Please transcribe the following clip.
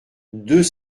deux